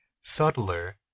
subtler